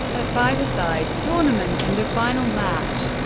a five a side tournament and a final match.